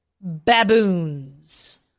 Baboons